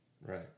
Right